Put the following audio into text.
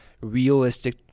realistic